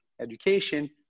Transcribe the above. education